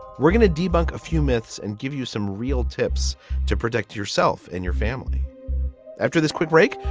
we're going to debunk a few myths and give you some real tips to protect yourself and your family after this quick break.